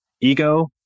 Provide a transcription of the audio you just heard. ego